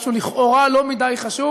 משהו לכאורה לא מדי חשוב,